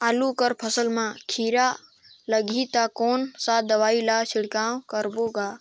आलू कर फसल मा कीरा लगही ता कौन सा दवाई ला छिड़काव करबो गा?